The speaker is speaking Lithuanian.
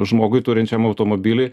žmogui turinčiam automobilį